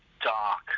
dark